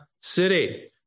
city